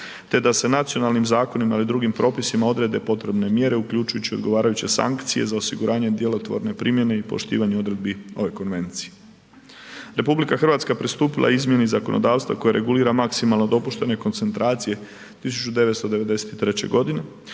te da se nacionalnim zakonima ili drugim propisima odrede potrebne mjere uključujući odgovarajuće sankcije za osiguranje djelotvorne primjene i poštivanje odredbi ove konvencije. RH pristupila je izmjeni zakonodavstva koje regulira maksimalno dopuštene koncentracije 1993. godine,